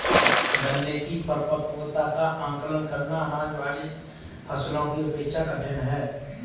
गन्ने की परिपक्वता का आंकलन करना, अनाज वाली फसलों की अपेक्षा कठिन है